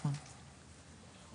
בבקשה.